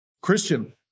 Christian